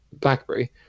Blackberry